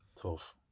Tough